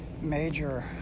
Major